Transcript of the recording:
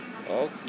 Okay